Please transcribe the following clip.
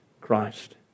Christ